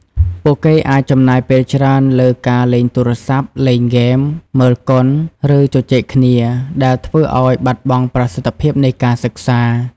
ពួកគេអាចចំណាយពេលច្រើនលើការលេងទូរស័ព្ទ លេងហ្គេម មើលកុន ឬជជែកគ្នា ដែលធ្វើឲ្យបាត់បង់ប្រសិទ្ធភាពនៃការសិក្សា។